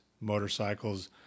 motorcycles